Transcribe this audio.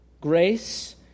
Grace